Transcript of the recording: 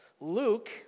Luke